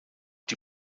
die